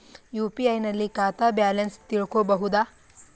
UPI ನಲ್ಲಿ ಖಾತಾ balance ತಿಳಕೊ ಬಹುದಾ?